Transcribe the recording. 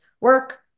work